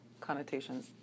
connotations